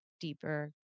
deeper